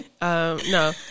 No